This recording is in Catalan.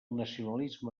nacionalisme